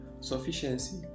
sufficiency